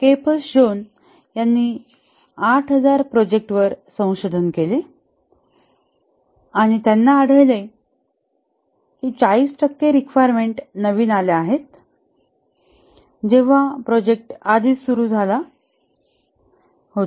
keepers Jones यांनी 8000 प्रोजेक्टवर संशोधन केले आणि त्यांना आढळले की 40 टक्के रिक्वायरमेंन्ट नवीन आल्या आहेत जेव्हा प्रोजेक्ट आधीच सुरू झाला होता